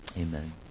Amen